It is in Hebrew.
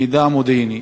"מידע מודיעיני",